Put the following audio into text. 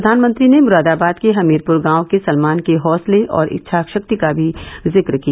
प्रधानमंत्री ने मुरादाबाद के हमीरपुर गांव के सलमान के हौसले और इच्छाशक्ति का भी जिक्र किया